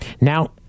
Now